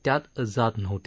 त्यात जात नव्हती